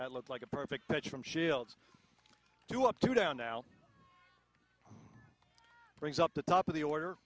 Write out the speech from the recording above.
that looked like a perfect pitch from schildt two up two down now brings up the top of the order